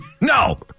No